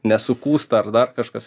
nesukūsta ar dar kažkas